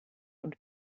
und